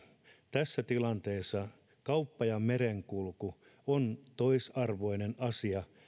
tässä tilanteessa kauppa ja merenkulku on toisarvoinen asia